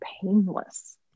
painless